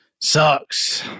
sucks